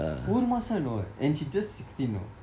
ஒரு மாதம்:oru maatham you know and she's just sixteen know